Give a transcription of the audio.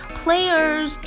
players